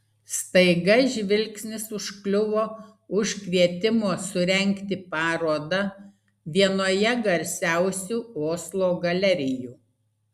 staiga žvilgsnis užkliuvo už kvietimo surengti parodą vienoje garsiausių oslo galerijų